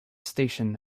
station